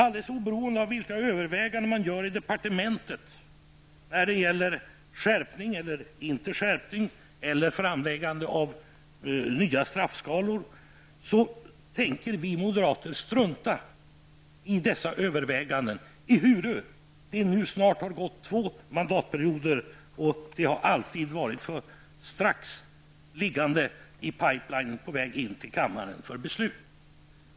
Alldeles oberoende av vilka överväganden man gör i departementet när det gäller skärpning eller inte skärpning av straff eller framläggande av nya straffskalor, tänker vi moderater strunta i dessa överväganden ehuru det nu gått snart två mandatperioder. Det har alltid sagts att förslagen snart ligger i pipelinen på väg in till kanmaren för beslut.